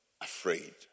Afraid